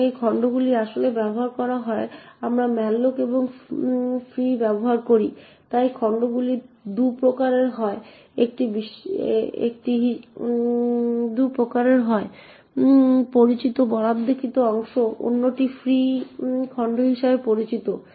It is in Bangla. এবং এই খণ্ডগুলি আসলে ব্যবহার করা হয় যখন আমরা malloc এবং free ব্যবহার করি তাই খণ্ডগুলি 2 প্রকারের হয় একটি হিসাবে পরিচিত বরাদ্দকৃত অংশ এবং অন্যটি ফ্রি খণ্ড হিসাবে পরিচিত